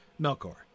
Melkor